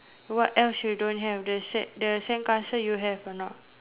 what else you don't have the set the sandcastle you have or not